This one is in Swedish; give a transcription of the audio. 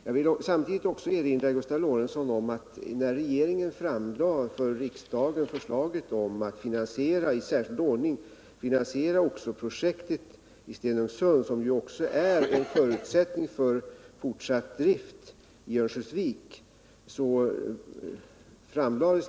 Det var efter noggrann analys av projektet som regeringen för riksdagen framlade förslaget om att i särskild ordning finansiera oxoprojektet i Stenungsund, som också är en förutsättning för fortsatt drift i Örnsköldsvik.